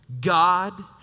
God